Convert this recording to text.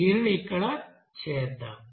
దీనిని ఇక్కడ చేద్దాం